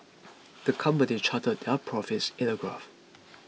the company charted their profits in a graph